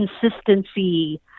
consistency